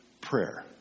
prayer